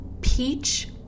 peach